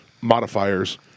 modifiers